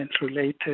related